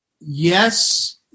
yes